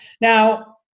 Now